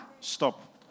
Stop